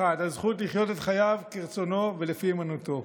הזכות לחיות את חייו כרצונו ולפי אמונתו,